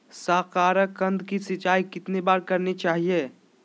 साकारकंद की सिंचाई कितनी बार करनी चाहिए?